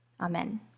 Amen